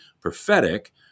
prophetic